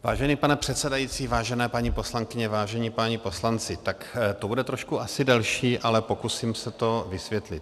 Vážený pane předsedající, vážené paní poslankyně, vážení páni poslanci, tak to bude trošku asi delší, ale pokusím se to vysvětlit.